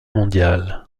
mondiale